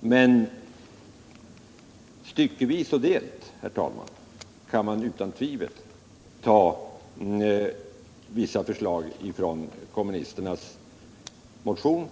Men styckevis och delt, herr talman, kan man utan tvivel ta vissa förslag från kommunisternas motion